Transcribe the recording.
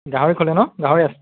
গাহৰি খোলে ন গাহৰি আছে